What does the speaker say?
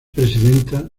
presidenta